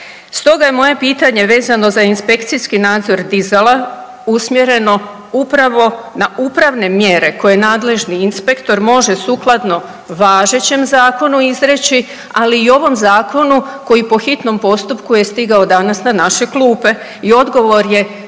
Stoga je moje pitanje vezano za inspekcijski nadzor dizala usmjereno upravo na upravne mjere koje nadležni inspektor može sukladno važećem zakonu izreći ali i ovom zakonu koji po hitnom postupku je stigao danas na naše klupe i odgovor je